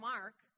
Mark